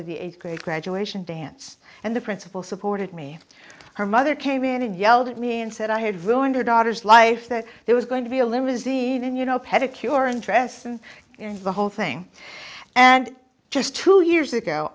to the eighth grade graduation dance and the principal supported me her mother came in and yelled at me and said i had ruined her daughter's life that there was going to be a limousine and you know pedicure and dresses in the whole thing and just two years ago